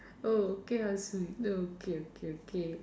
oh okay how sweet oh okay okay okay